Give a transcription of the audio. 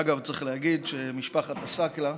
אגב, צריך להגיד שמשפחת עסאקלה,